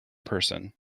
person